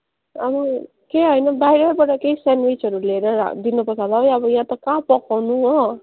अँ केही होइन बाहिर केही स्यान्डविचहरू लिएर दिनुपर्छ होला हौ अब यहाँ त कहाँ पकाउनु हो